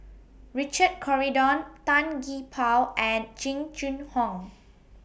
Richard Corridon Tan Gee Paw and Jing Jun Hong